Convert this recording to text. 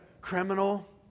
criminal